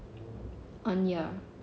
annie